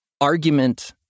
argument